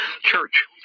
church